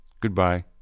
Goodbye